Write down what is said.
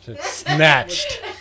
Snatched